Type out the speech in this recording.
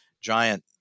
giant